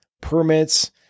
permits